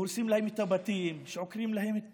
שהורסים להם את הבתים, שעוקרים להם את